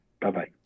Bye-bye